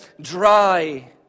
dry